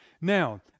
Now